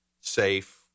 safe